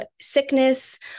sickness